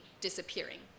disappearing